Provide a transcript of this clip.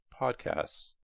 podcasts